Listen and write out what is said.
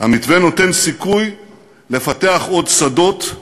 המתווה נותן סיכוי לפתח עוד שדות,